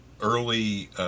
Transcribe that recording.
early